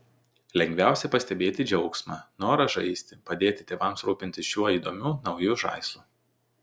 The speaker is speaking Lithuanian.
lengviausia pastebėti džiaugsmą norą žaisti padėti tėvams rūpintis šiuo įdomiu nauju žaislu